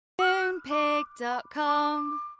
Moonpig.com